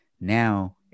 now